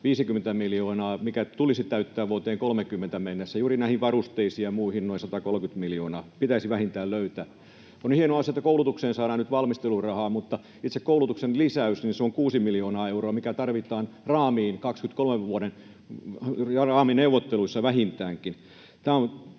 50 miljoonaa, mikä tulisi täyttää vuoteen 30 mennessä. Juuri varusteisiin ja muihin noin 130 miljoonaa pitäisi vähintään löytää. On hieno asia, että koulutukseen saadaan nyt valmistelurahaa, mutta itse koulutuksen lisäys on kuusi miljoonaa euroa, mikä tarvitaan vähintäänkin vuoden 23 raamineuvotteluissa. Tämä on